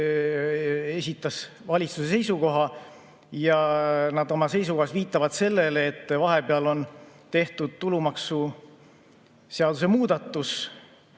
esitas valitsuse seisukoha ja oma seisukohas viitavad nad sellele, et vahepeal on tehtud tulumaksuseaduse muudatus.